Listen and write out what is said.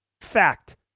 Fact